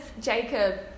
Jacob